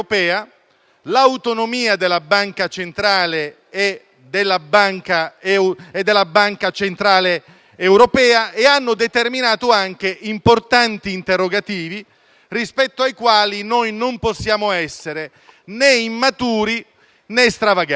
l'autonomia della nostra banca centrale e della Banca centrale europea e hanno determinato anche importanti interrogativi rispetto ai quali noi non possiamo essere né immaturi, né stravaganti.